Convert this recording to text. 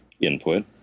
input